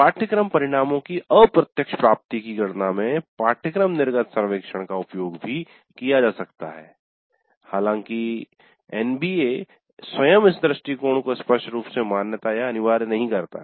पाठ्यक्रम परिणामों की अप्रत्यक्ष प्राप्ति की गणना में पाठ्यक्रम निर्गत सर्वेक्षण का उपयोग भी किया जा सकता है हालांकि एनबीए स्वयं इस दृष्टिकोण को स्पष्ट रूप से मान्यता या अनिवार्य नहीं करता है